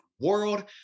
world